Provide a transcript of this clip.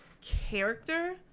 character